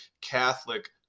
catholic